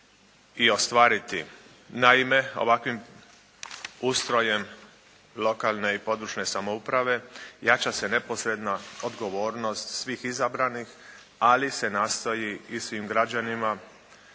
i ostvariti. Naime, ovakvim ustrojem lokalne i područne samouprave jača se neposredna odgovornost svih izabranih, ali se nastoji i svim građanima